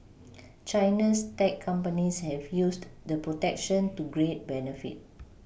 China's tech companies have used the protection to great benefit